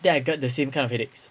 then I got the same kind of headaches